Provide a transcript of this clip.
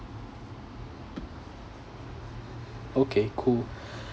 okay cool